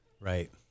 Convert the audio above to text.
Right